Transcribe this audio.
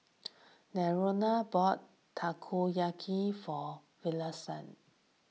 Lenora bought Takoyaki for Iverson